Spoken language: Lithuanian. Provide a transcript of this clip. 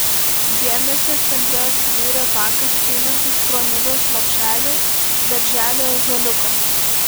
dėmesio centre atsidūrė takas einantis pro nidos lopšelį darželį ąžuoliukas